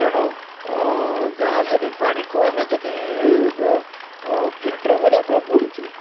ତେଣୁ ଯାହାହେଲେ ବି ପାଣିକୁ ଆମେ ଯଦି ଫିଲ୍ଟର କରିବାକୁ ପଡ଼ୁଛି